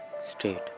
state